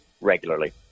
regularly